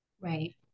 Right